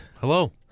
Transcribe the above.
Hello